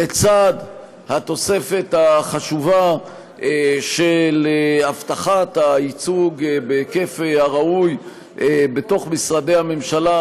לצד התוספת החשובה של הבטחת הייצוג בהיקף הראוי בתוך משרדי הממשלה,